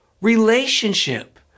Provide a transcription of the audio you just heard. relationship